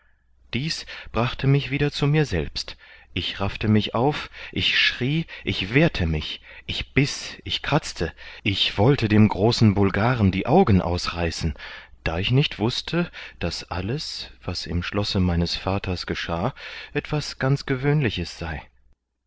dies brachte mich wieder zu mir selbst ich raffte mich auf ich schrie ich wehrte mich ich biß ich kratzte ich wollte dem großen bulgaren die augen ausreißen da ich nicht wußte daß alles was im schlosse meines vaters geschah etwas ganz gewöhnliches sei